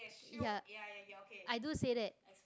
ya i do say that